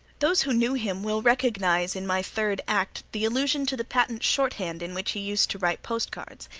those who knew him will recognize in my third act the allusion to the patent shorthand in which he used to write postcards,